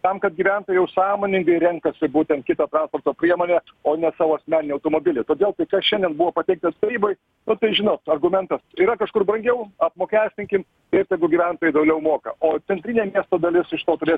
tam kad gyventojai jau sąmoningai renkasi būtent kitą transporto priemonę o ne savo asmeninį automobilį todėl šiandien buvo pateiktas tarybai nu tai žinot argumentas yra kažkur brangiau apmokestinkim ir tegu gyventojai daugiau moka o centrinė miesto dalis iš to turės